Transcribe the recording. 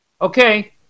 okay